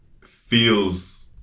feels